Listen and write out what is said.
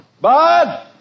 Bud